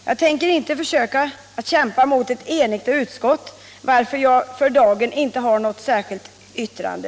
Jag tänker inte kämpa mot ett enigt utskott, varför jag för dagen inte har något särskilt yrkande.